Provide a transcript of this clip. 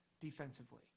defensively